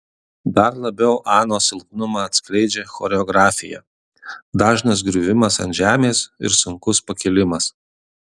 dar labiau anos silpnumą atskleidžia choreografija dažnas griuvimas ant žemės ir sunkus pakilimas